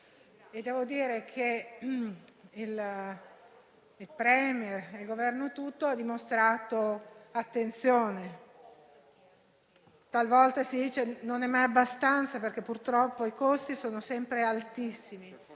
devo dire che il *Premier* e il Governo tutto hanno dimostrato attenzione. Talvolta si dice che non è mai abbastanza, perché purtroppo i costi sono sempre altissimi,